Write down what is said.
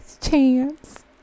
chance